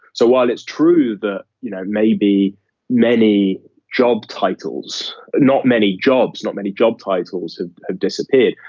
so while it's true that, you know, maybe many job titles, not many jobs, not many job titles have ah disappeared,